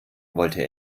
wollte